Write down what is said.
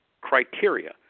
criteria